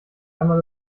einmal